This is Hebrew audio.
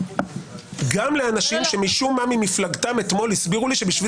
גם לאנשים שמשום-מה ממפלגתם הסבירו לי אתמול שבשביל